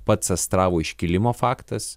pats astravo iškilimo faktas